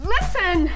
listen